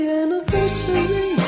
anniversary